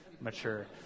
mature